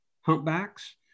humpbacks